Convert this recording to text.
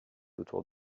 autour